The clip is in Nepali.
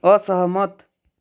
असहमत